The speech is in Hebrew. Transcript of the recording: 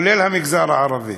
כולל במגזר הערבי,